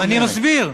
אני מסביר.